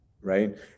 right